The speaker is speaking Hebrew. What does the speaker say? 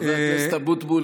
חבר הכנסת אבוטבול,